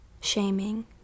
shaming